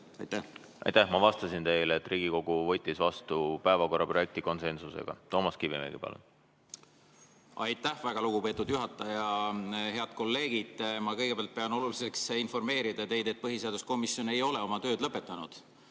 Aitäh! Ma vastasin teile, et Riigikogu võttis vastu päevakorra projekti konsensusega. Toomas Kivimägi, palun! Aitäh, väga lugupeetud juhataja! Head kolleegid! Ma kõigepealt pean oluliseks informeerida teid, et põhiseaduskomisjon ei ole oma tööd lõpetanud.